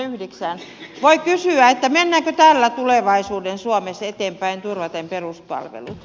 voi kysyä mennäänkö tällä tulevaisuuden suomessa eteenpäin turvaten peruspalvelut